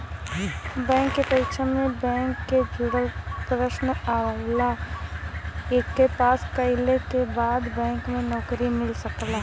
bank के परीक्षा में बैंक से जुड़ल प्रश्न आवला एके पास कइले के बाद बैंक में नौकरी मिल सकला